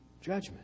judgment